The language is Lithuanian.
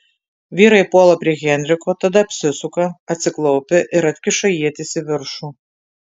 vyrai puola prie henriko tada apsisuka atsiklaupia ir atkiša ietis į viršų